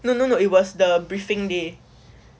no no no it was the briefing day